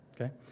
okay